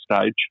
stage